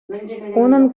унӑн